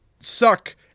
suck